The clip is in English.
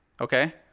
Okay